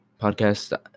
podcast